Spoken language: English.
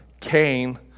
Cain